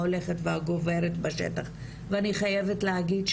הולכת וגוברת בשטח ואני חייבת להגיד,